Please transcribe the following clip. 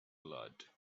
blood